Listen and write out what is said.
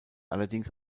allerdings